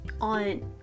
on